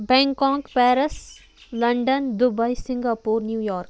Bangkok Paris London Dubai Singapore New York